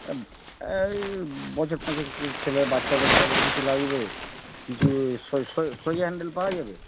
এই এই বছর পাঁচেকের ছেলের বাচ্চাদের সাইকেল কিছু লাগবে কিছু ওই সোজা হ্যান্ডেল পাওয়া যাবে